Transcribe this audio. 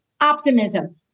optimism